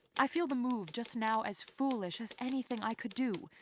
i feel the move just now as foolish as anything i could do.